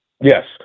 Yes